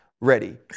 ready